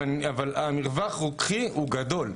אבל המרווח הרוקחי הוא גדול.